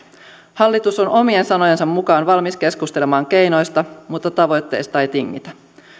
hallitus on omien sanojensa mukaan valmis keskustelemaan keinoista mutta tavoitteista ei tingitä